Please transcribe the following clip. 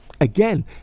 Again